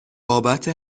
بابت